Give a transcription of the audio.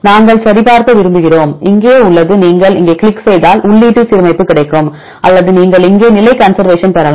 நாங்கள் சரிபார்க்க விரும்புகிறோம் இங்கே உள்ளது நீங்கள் இங்கே கிளிக் செய்தால் உள்ளீட்டு சீரமைப்பு கிடைக்கும் அல்லது நீங்கள் இங்கே நிலை கன்சர்வேஷன் பெறலாம்